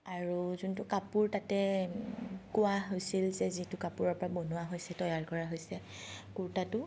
আৰু যোনটো কাপোৰ তাতে কোৱা হৈছিল যে যিটো কাপোৰৰ পৰা বনোৱা হৈছে তৈয়াৰ কৰা হৈছে কুৰ্তাটো